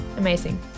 amazing